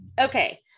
Okay